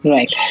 Right